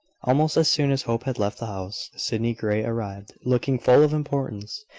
almost as soon as hope had left the house, sydney grey arrived, looking full of importance.